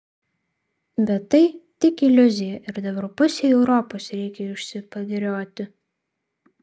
bet tai tik iliuzija ir dabar pusei europos reikia išsipagirioti